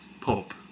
pulp